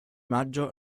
maggio